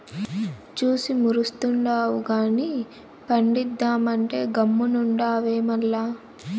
చూసి మురుస్తుండావు గానీ పండిద్దామంటే గమ్మునుండావే మల్ల